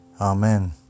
Amen